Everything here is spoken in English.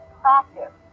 practice